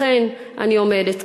לכן אני עומדת כאן.